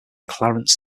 clarence